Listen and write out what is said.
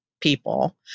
people